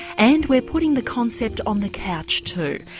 and we're putting the concept on the couch too.